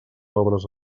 obres